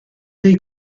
dei